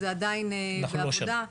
זה עדיין בעבודה.